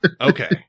Okay